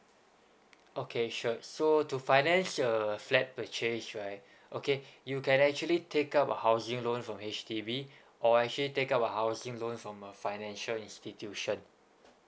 okay sure so to finance a flat purchase right okay you can actually take up a housing loan from H_D_B or actually take up a housing loan from a financial institution